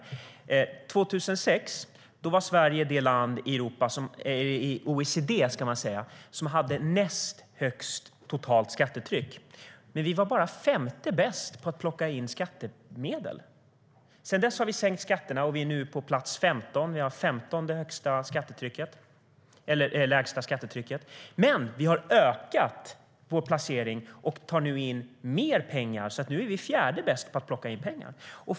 År 2006 var Sverige det land i OECD som hade näst högst totalt skattetryck. Men vi var bara femte bäst på att plocka in skattemedel. Sedan dess har vi sänkt skatterna. Vi är nu på plats 15. Vi har det femtonde lägsta skattetrycket. Men vi har ökat vår placering vad gäller att plocka in pengar. Vi tar nu in mer pengar. Nu är vi fjärde bäst på att plocka in pengar.